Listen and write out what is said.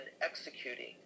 executing